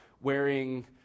wearing